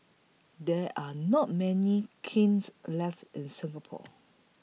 there are not many kilns left in Singapore